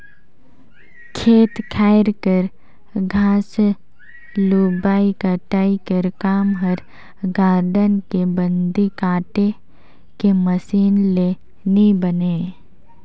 खेत खाएर कर घांस लुबई कटई कर काम हर गारडन के कांदी काटे के मसीन ले नी बने